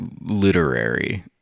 literary